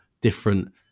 different